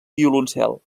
violoncel